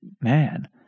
man